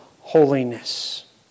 holiness